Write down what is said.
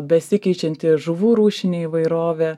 besikeičianti žuvų rūšinė įvairovė